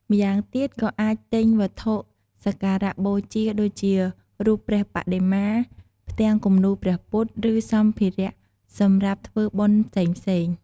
ម្យ៉ាងទៀតក៏អាចទិញវត្ថុសក្ការៈបូជា ដូចជារូបព្រះបដិមា ផ្ទាំងគំនូរព្រះពុទ្ធ ឬសម្ភារៈសម្រាប់ធ្វើបុណ្យផ្សេងៗ។